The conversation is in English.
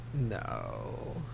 No